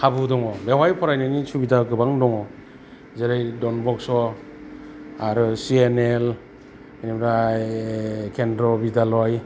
खाबु दङ बेवहाय फरायनानि सुबिदा गोबां दङ जेरै दनबस्क' आरो सि एन एल बेनिफ्राय केनद्रिय' विद्दालय